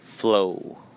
flow